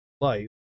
life